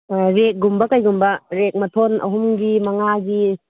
ꯔꯦꯛꯀꯨꯝꯕ ꯀꯩꯒꯨꯝꯕ ꯔꯦꯛ ꯃꯊꯣꯟ ꯑꯍꯨꯝꯒꯤ ꯃꯉꯥꯒꯤ